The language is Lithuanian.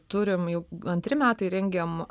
turim jau antri metai rengiam